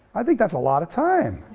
i think that's a lot of time,